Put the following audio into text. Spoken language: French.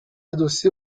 adossé